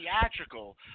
theatrical